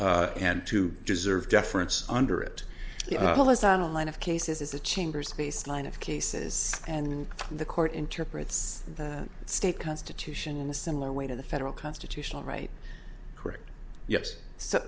a and to deserve deference under it less than a line of cases is the chamber's baseline of cases and the court interprets that state constitution in a similar way to the federal constitutional right correct yes so